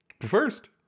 First